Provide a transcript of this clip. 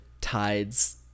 tides